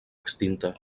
extinta